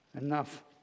enough